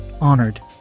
honored